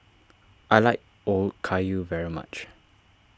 I like Okayu very much